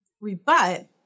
rebut